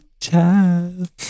child